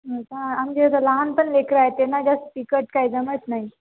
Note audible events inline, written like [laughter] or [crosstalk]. [unintelligible] म्हणजे जर लहान पण लेकरं आहे त्यांना जास्त तिखट काय जमत नाही